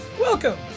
welcome